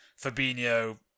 Fabinho